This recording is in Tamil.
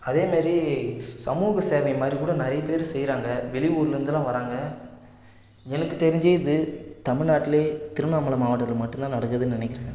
அதே மாரி ஸ் சமூக சேவை மாதிரிக்கூட நிறைய பேர் செய்யுறாங்க வெளி ஊருலேருந்தெலாம் வராங்க எனக்கு தெரிஞ்சு இது தமிழ்நாட்டுலே திருவண்ணாமலை மாவட்டத்தில் மட்டும்தான் நடக்குதுன்னு நினைக்கிறேன்